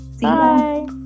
Bye